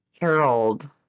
harold